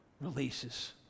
releases